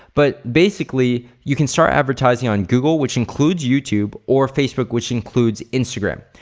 but basically you can start advertising on google which includes youtube or facebook which includes instagram.